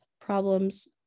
problems